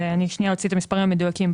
אני אוציא את המספרים המדויקים,